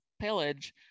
pillage